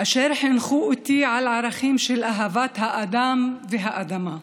אשר חינכו אותי על ערכים של אהבת האדם והאדמה,